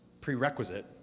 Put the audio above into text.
prerequisite